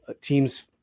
teams